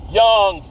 young